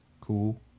cool